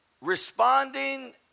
responding